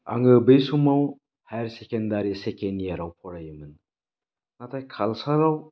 आं बै समाव हायार सेकेण्डारि सेकेण्ड इयाराव फरायोमोन नाथाय काल्साराव